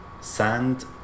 Sand